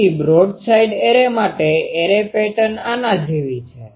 તેથી broadside array માટે array pattern આના જેવી છે